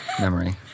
memory